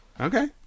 okay